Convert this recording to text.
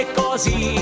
così